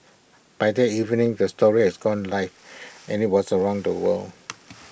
by that evening the story has gone live and IT was around the world